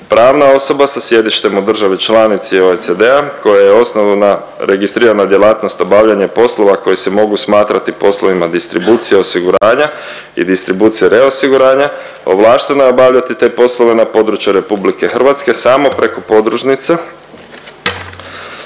Pravna osoba sa sjedištem u državi članici OECD-a koja je osnovna registrirana djelatnost obavljanja poslova koji se mogu smatrati poslovima distribucije osiguranja i distribucije reosiguranja, ovlašteno je obavljati te poslove na području RH samo preko podružnice,